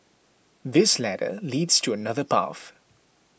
this ladder leads to another path